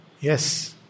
Yes